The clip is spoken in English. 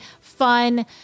fun